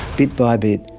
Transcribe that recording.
bit by bit,